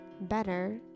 better